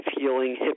healing